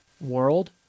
world